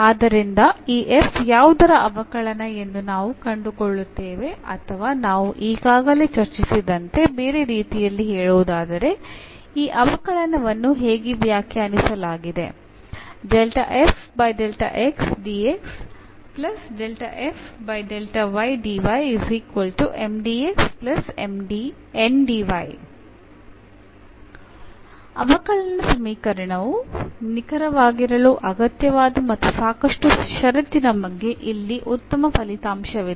ಆದ್ದರಿಂದ ಈ f ಯಾವುದರ ಅವಕಲನ ಎಂದು ನಾವು ಕಂಡುಕೊಳ್ಳುತ್ತೇವೆ ಅಥವಾ ನಾವು ಈಗಾಗಲೇ ಚರ್ಚಿಸಿದಂತೆ ಬೇರೆ ರೀತಿಯಲ್ಲಿ ಹೇಳುವುದಾದರೆ ಈ ಅವಕಲನವನ್ನು ಹೀಗೆ ವ್ಯಾಖ್ಯಾನಿಸಲಾಗಿದೆ ಅವಕಲನ ಸಮೀಕರಣವು ನಿಖರವಾಗಿರಲು ಅಗತ್ಯವಾದ ಮತ್ತು ಸಾಕಷ್ಟು ಷರತ್ತಿನ ಬಗ್ಗೆ ಇಲ್ಲಿ ಉತ್ತಮ ಫಲಿತಾಂಶವಿದೆ